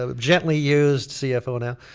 ah gently used cfo now.